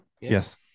yes